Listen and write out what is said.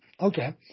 Okay